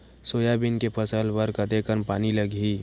Soybean के फसल बर कतेक कन पानी लगही?